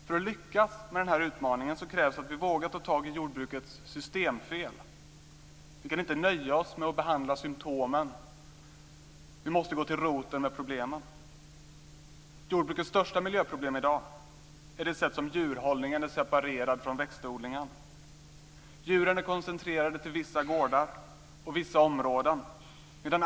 För att lyckas med den här utmaningen krävs det att vi vågar ta tag i jordbrukets systemfel. Vi kan inte nöja oss med att behandla symtomen. Vi måste gå till roten med problemen. Jordbrukets största miljöproblem i dag handlar om hur djurhållningen är separerad från växtodlingen. Djuren är koncentrerade till vissa gårdar och vissa områden.